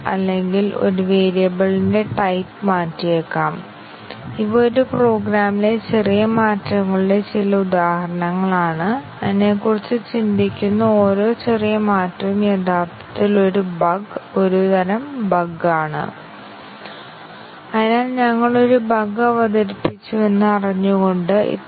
അതിനാൽ ഒരു ചെറിയ കോഡ് നൽകിയാൽ നമുക്ക് ജനറേറ്റുചെയ്യാൻ ഒരു പ്രോഗ്രാം എഴുതാം അതിന്റെ കൺട്രോൾ ഫ്ലോ ഗ്രാഫ് നോഡുകൾ യഥാർത്ഥത്തിൽ സ്റ്റേറ്റ്മെന്റുകളാണ് കൂടാതെ സ്റ്റേറ്റ്മെന്റിന്റെ തരം അനുസരിച്ച് എഡ്ജ്കൾ എന്തായിരിക്കുമെന്ന് ഞങ്ങൾക്കറിയാം ഒരിക്കൽ നമുക്ക് CFG പ്രോഗ്രാം നിർവ്വഹിക്കുന്നു